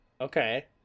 Okay